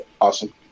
awesome